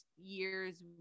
years